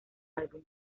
álbum